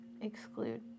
exclude